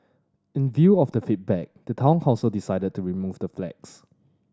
in view of the feedback the Town Council decided to remove the flags